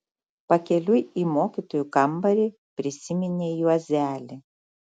pakeliui į mokytojų kambarį prisiminė juozelį